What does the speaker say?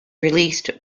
released